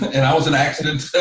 and i was an accident, so